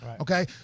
Okay